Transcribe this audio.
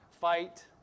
Fight